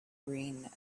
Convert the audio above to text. green